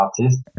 artist